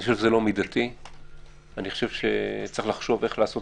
אני חושב שזה לא מידתי וצריך לחשוב איך לעשות